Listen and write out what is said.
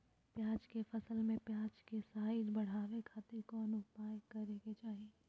प्याज के फसल में प्याज के साइज बढ़ावे खातिर कौन उपाय करे के चाही?